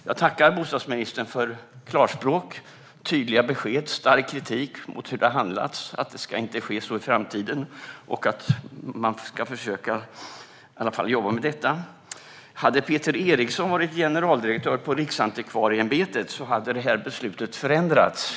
Jag tackar bostadsministern för klarspråk, tydliga besked och stark kritik mot hur det har handlagts. Det sägs att detta inte ska ske i framtiden och att man ska försöka jobba med detta. Jag känner mig trygg i att om Peter Eriksson hade varit generaldirektör på Riksantikvarieämbetet hade detta beslut förändrats.